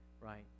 right